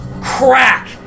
crack